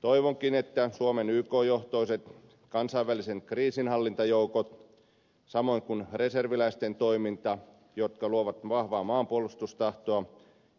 toivonkin että suomen yk johtoiset kansainväliset kriisinhallintajoukot samoin kuin reserviläisten toiminta joka luo vahvaa maanpuolustustahtoa